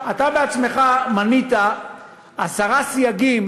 אתה עצמך מנית עשרה סייגים